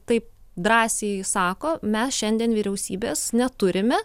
taip drąsiai sako mes šiandien vyriausybės neturime